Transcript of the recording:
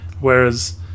Whereas